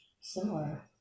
similar